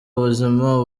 ubuzima